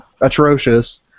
atrocious